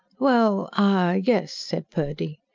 well, er. yes, said purdy.